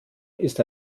ist